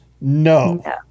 No